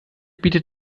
bietet